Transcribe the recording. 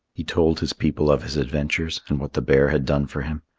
he told his people of his adventures and what the bear had done for him.